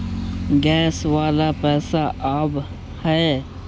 Gas वाला पैसा आव है?